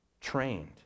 trained